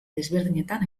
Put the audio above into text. desberdinetan